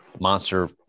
monster